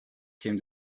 came